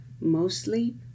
mostly